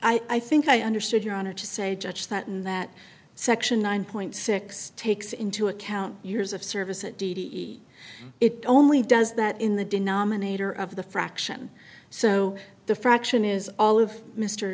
the i think i understood your honor to say judge that in that section nine point six takes into account years of service at d t e it only does that in the denominator of the fraction so the fraction is all of mr